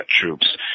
troops